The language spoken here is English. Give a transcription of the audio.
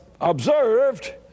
observed